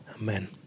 Amen